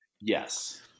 Yes